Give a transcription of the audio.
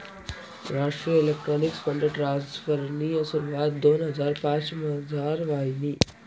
राष्ट्रीय electronics fund ट्रान्स्फरनी सुरवात दोन हजार पाचमझार व्हयनी